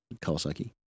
Kawasaki